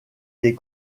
des